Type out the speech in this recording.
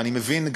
ואני מבין,